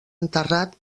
enterrat